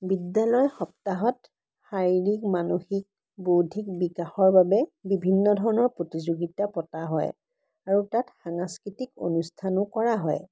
বিদ্যালয়ৰ সপ্তাহত শাৰীৰিক মানসিক বৌদ্ধিক বিকাশৰ বাবে বিভিন্ন ধৰণৰ প্ৰতিযোগিতা পতা হয় আৰু তাত সাংস্কৃতিক অনুষ্ঠানো কৰা হয়